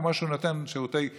כמו שהם נותנים שירותי כבישים,